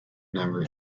never